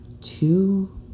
two